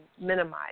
minimize